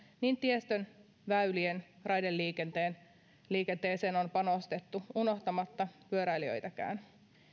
niin tiestöön väyliin kuin raideliikenteeseen on panostettu unohtamatta pyöräilijöitäkään